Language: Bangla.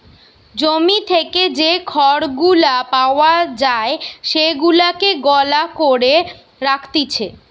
জমি থেকে যে খড় গুলা পাওয়া যায় সেগুলাকে গলা করে রাখতিছে